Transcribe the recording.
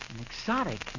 Exotic